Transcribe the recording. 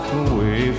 away